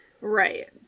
Right